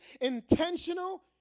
intentional